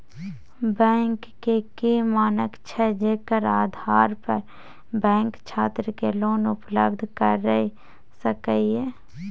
Bank के की मानक छै जेकर आधार पर बैंक छात्र के लोन उपलब्ध करय सके ये?